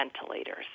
ventilators